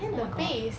ya hor